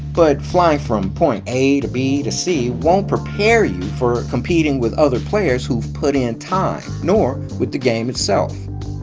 but flying from point a to b to c won't prepare you for competing with other players who've put in time, nor with the game itself.